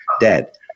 dead